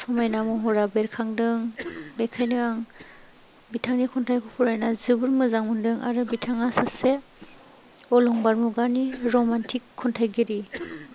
समायना महरा बेरखांदों बेखायनो आं बिथांनि खन्थाइखौ फरायना जोबोद मोजां मोनदों आरो बिथाङा सासे अलंबार मुगानि रमान्टिक खन्थाइगिरि